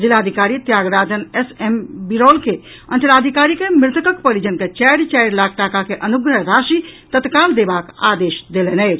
जिलाधिकारी Thiagarajan S M Biraul के अचंलाधिकारी के मृतकक परिजन के चारि चारि लाख टाका के अनुग्रह राशि तत्काल देबाक आदेश देलनि अछि